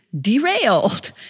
derailed